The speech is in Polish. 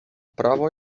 prawo